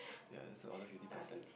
ya just order fifty percent